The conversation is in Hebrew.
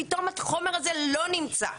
פתאום החומר הזה לא נמצא.